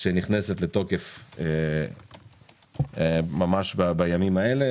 שנכנסת לתוקף ממש בימים אלה,